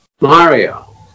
Mario